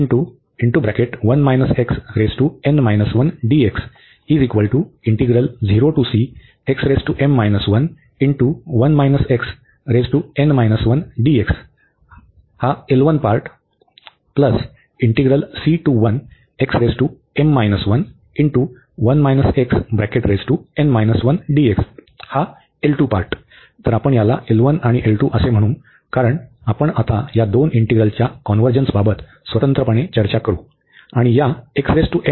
तर आपण याला आणि म्हणू कारण आपण आता या दोन इंटीग्रलच्या कॉन्व्हर्जन्सबाबत स्वतंत्रपणे चर्चा करू